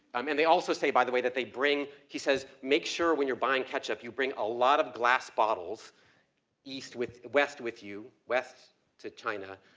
um and they also say, by the way, that they bring, he says, make sure when you're buying ketchup that you bring a lot of glass bottles east with, west with you, west to china.